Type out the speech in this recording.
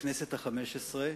בכנסת החמש-עשרה.